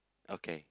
okay